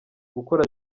gukora